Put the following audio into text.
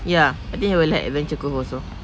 ya I think he will like adventure cove also